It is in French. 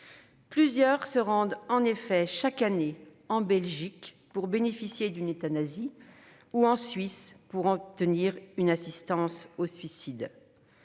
Plusieurs d'entre eux se rendent chaque année en Belgique pour bénéficier d'une euthanasie ou en Suisse pour obtenir une assistance au suicide.